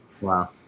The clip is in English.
wow